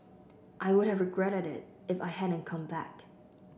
I would have regretted it if I hadn't come back